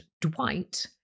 Dwight